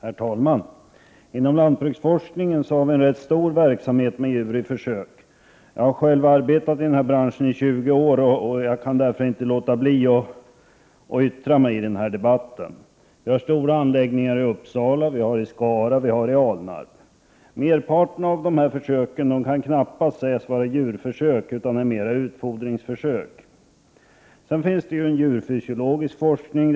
Herr talman! Inom lantbruksforskningen har vi nu en stor verksamhet med försök på djur. Jag har själv arbetat i denna bransch i 20 år. Jag kan därför inte låta bli att yttra mig i den här debatten. Vi har stora anläggningar i Uppsala, i Skara och i Alnarp. Merparten av försöken kan knappast sägas vara djurförsök utan mera utfodringsförsök. Sedan finns det ju också djurfysiologisk forskning.